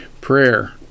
Prayer